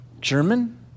German